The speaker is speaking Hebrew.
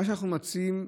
מה שאנחנו מציעים,